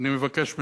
אני מבקש מהבית,